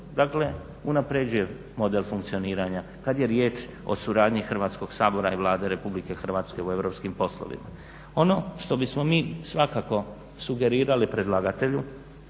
dakle unaprjeđuje model funkcioniranja kad je riječ o suradnji Hrvatskog sabora i Vlade Republike Hrvatske u europskim poslovima. Ono što bismo mi svakako sugerirali predlagatelju,